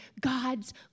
God's